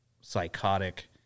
psychotic